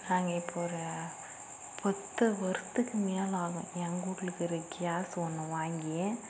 நாங்கள் இப்போ ஒரு பத்து வருஷத்துக்கு மேல் ஆகும் எங்க வீட்லுக்குற கேஸ் ஒன்று வாங்கி